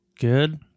good